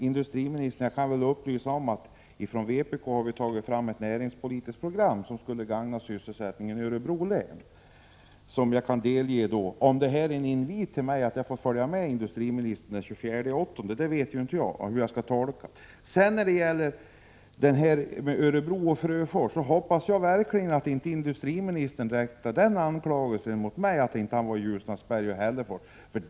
Herr talman! Jag kan upplysa industriministern om att vpk har tagit fram ett näringspolitiskt program som skulle gagna sysselsättningen i Örebro län. Om det var en invit från industriministern till mig att följa med den 24 augusti kan jag delge honom programmet då. När det gäller besöket i Örebro och Frövifors hoppas jag verkligen att industriministern inte riktar anklagelsen mot mig för att ha kritiserat att han inte var i Ljusnarsberg och Hällefors.